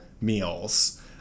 meals